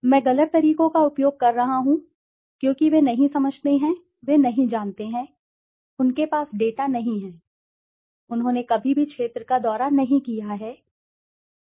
मैं गलत तरीकों का उपयोग कर रहा हूं क्योंकि वे नहीं समझते हैं वे नहीं जानते हैं उनके पास डेटा नहीं है उन्होंने कभी भी क्षेत्र का दौरा नहीं किया है लेकिन उन्होंने ऐसा किया है